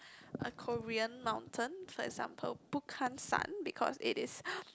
a Korean mountain for example Bukhansan because it is